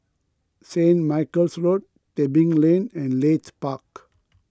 Saint Michael's Road Tebing Lane and Leith Park